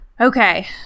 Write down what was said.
Okay